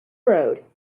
road